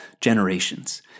generations